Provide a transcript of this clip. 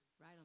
right